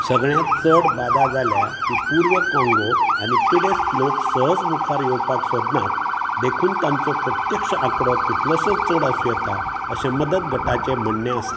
सगळ्यांत चड बादा जाल्या ती पुर्व काँगोक आनी पिडेस्त लोक सहज मुखार येवपाक सोदनात देखून तांचो प्रत्यक्ष आंकडो कितलोसोच चड आसूं येता अशें मदत गटाचें म्हणणें आसा